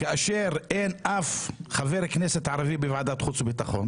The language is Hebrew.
בלי שיש אף חבר כנסת ערבי בוועדת חוץ וביטחון